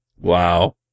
Wow